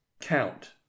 count